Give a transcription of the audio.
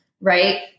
right